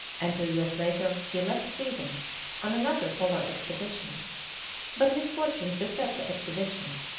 and two years later he left sweden on another polar expedition but misfortunes beset the expedition,